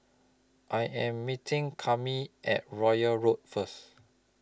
I Am meeting Kami At Royal Road First